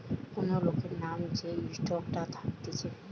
কোন লোকের নাম যে স্টকটা থাকতিছে